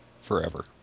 Forever